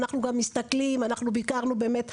אנחנו מדברים פה על